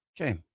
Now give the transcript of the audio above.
Okay